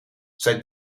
zijn